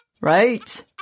Right